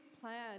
plan